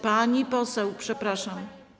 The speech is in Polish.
Pani poseł, przepraszam.